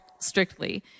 strictly